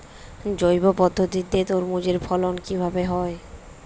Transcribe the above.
জৈব পদ্ধতিতে তরমুজের ফলন কিভাবে হয়?